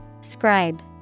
Scribe